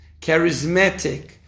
charismatic